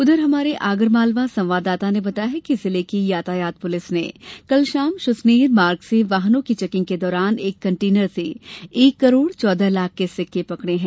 उधर हमारे आगर मालवा संवाददाता ने बताया है कि जिले की यातायात पुलिस ने कल शाम सुसनेर मार्ग से वाहनों की चेकिंग के दौरान एक कंटेनर से एक करोड़ चौदह लाख के सिक्के पकड़े हैं